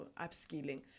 upskilling